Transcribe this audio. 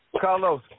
Carlos